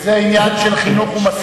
זה נקרא זמ"מ,